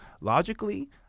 logically